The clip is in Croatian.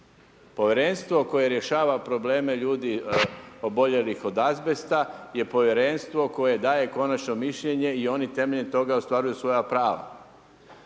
Povjerenstvo koje rješava probleme ljudi oboljelih od azbesta je povjerenstvo koje daje konačno mišljenje i oni temeljem toga ostvaruju svoja prava.